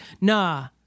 Nah